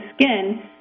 skin